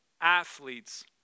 athletes